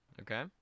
Okay